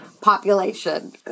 population